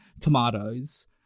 tomatoes